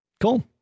Cool